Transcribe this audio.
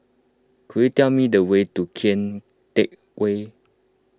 could you tell me the way to Kian Teck Way